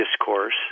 discourse